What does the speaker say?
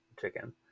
chicken